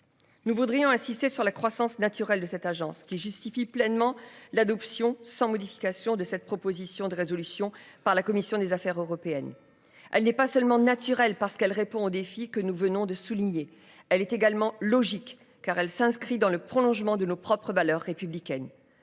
Nous voudrions insister sur la croissance naturelle de cette agence qui justifie pleinement l'adoption sans modification de cette proposition de résolution par la commission des affaires européennes, elle n'est pas seulement naturel parce qu'elle répond aux défis que nous venons de souligner. Elle est également logique car elle s'inscrit dans le prolongement de nos propres valeurs républicaines